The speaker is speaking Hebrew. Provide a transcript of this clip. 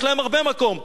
יש להם הרבה מקום.